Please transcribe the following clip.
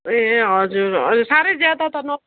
ए हजुर हजुर साह्रै ज्यादा त न